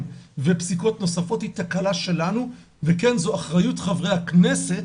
ופסיקות נוספות - היא תקלה שלנו וכן זאת אחריות חברי הכנסת,